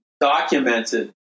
documented